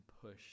push